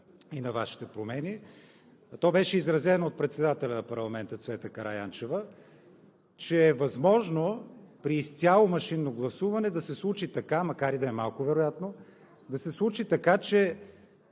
– на Вашите промени, то беше изразено от председателя на парламента Цвета Караянчева, че е възможно при изцяло машинно гласуване да се случи така, макар и да е малко вероятно, че при